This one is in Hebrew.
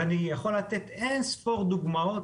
ואני יכול לתת אינספור דוגמאות,